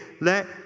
let